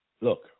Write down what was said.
Look